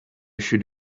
should